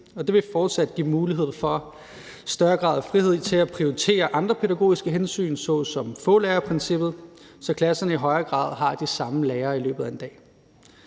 Det vil fortsat give mulighed for en større grad af frihed til at prioritere andre pædagogiske hensyn såsom fålærerprincippet, så klasserne i højere grad har de samme lærere i løbet af en dag.